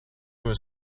was